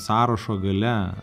sąrašo gale